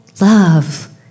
love